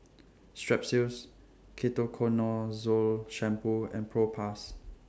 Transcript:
Strepsils Ketoconazole Shampoo and Propass